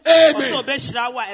amen